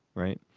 right.